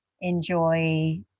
enjoy